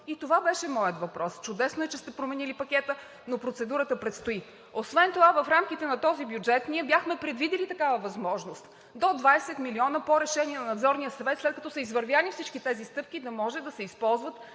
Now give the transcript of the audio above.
И това беше моят въпрос. Чудесно е, че сте променили пакета, но процедурата предстои. Освен това в рамките на този бюджет ние бяхме предвидили такава възможност – до 20 милиона по решение на Надзорния съвет, след като са извървяни всички тези стъпки, да може да се използват